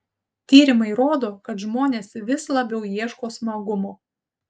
tyrimai rodo kad žmonės vis labiau ieško smagumo